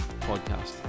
podcast